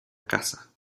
caza